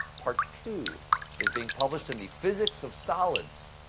part two is being published in the physics of solids.